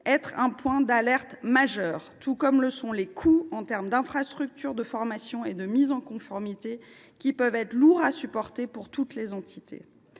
être un point d’alerte majeur, tout comme les coûts en matière d’infrastructures, de formation et de mise en conformité, qui peuvent être lourds à supporter pour toutes les entités.